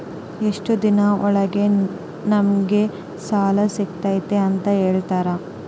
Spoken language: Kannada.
ಎಷ್ಟು ದಿನದ ಒಳಗೆ ನಮಗೆ ಸಾಲ ಸಿಗ್ತೈತೆ ಅಂತ ಹೇಳ್ತೇರಾ?